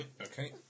okay